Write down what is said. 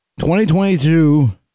2022